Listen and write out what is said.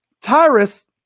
Tyrus